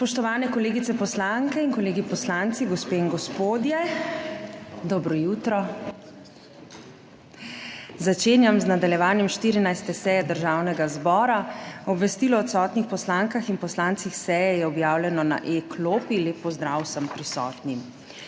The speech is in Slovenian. Spoštovani kolegice poslanke in kolegi poslanci, gospe in gospodje, dobro jutro! Začenjam z nadaljevanjem 14. seje Državnega zbora. Obvestilo o odsotnih poslankah in poslancih seje je objavljeno na e-klopi. Lep pozdrav vsem prisotnim!